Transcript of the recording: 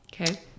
okay